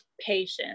Patience